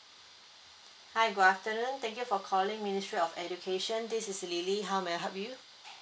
hi good afternoon thank you for calling ministry of education this is lily how may I help you